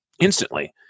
Instantly